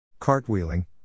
Cartwheeling